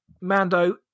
Mando